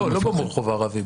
לא, לא ברחוב הערבי.